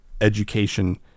education